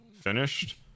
finished